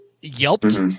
yelped